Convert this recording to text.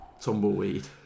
Tumbleweed